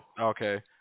Okay